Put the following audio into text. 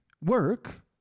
Work